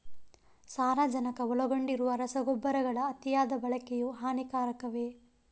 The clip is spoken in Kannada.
ಸಾರಜನಕ ಒಳಗೊಂಡಿರುವ ರಸಗೊಬ್ಬರಗಳ ಅತಿಯಾದ ಬಳಕೆಯು ಹಾನಿಕಾರಕವೇ?